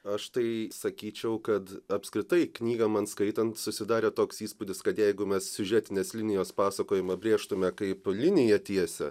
aš tai sakyčiau kad apskritai knygą man skaitant susidarė toks įspūdis kad jeigu mes siužetinės linijos pasakojimą brėžtume kaip liniją tiesią